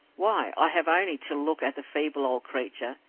why, i have only to look at the feeble old creature,